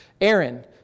Aaron